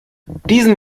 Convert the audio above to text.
diesen